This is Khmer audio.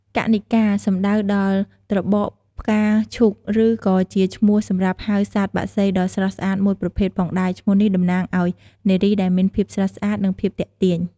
កន្និកា សំដៅដល់ត្របកផ្កាឈូក ឬក៏ជាពាក្យសម្រាប់ហៅសត្វបក្សីដ៏ស្រស់ស្អាតមួយប្រភេទផងដែរ ឈ្មោះនេះតំណាងឲ្យ នារីដែលមានភាពស្រស់ស្អាត និងភាពទាក់ទាញ។